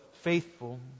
faithful